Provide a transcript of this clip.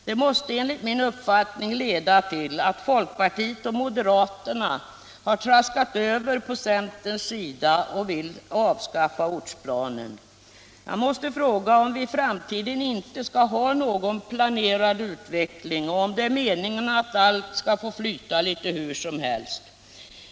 Det måste enligt min uppfattning leda till att folkpartiet och moderata samlingspartiet traskar över på centerns sida och vill avskaffa ortsplanen. Jag måste fråga om vi i framtiden inte skall ha någon planerad utveckling, om det är meningen att allt skall få flyta litet hur som helst.